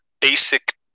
basic